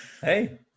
hey